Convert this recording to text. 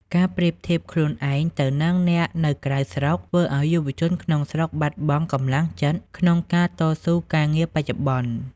ការប្រៀបធៀបខ្លួនឯងទៅនឹងអ្នកនៅក្រៅស្រុក ធ្វើឱ្យយុវជនក្នុងស្រុកបាត់បង់ "កម្លាំងចិត្ត" ក្នុងការតស៊ូការងារបច្ចុប្បន្ន។